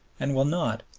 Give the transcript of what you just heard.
and will not,